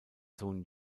sohn